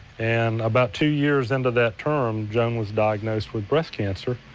and about two years into that term joan was diagnosed with breast cancer.